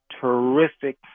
terrific